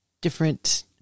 different